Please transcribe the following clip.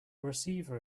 receiver